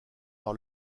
par